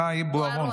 בוארון,